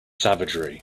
savagery